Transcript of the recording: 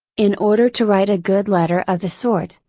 in order to write a good letter of the sort,